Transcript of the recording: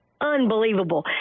unbelievable